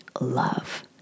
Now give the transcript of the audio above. love